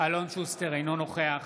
אינו נוכח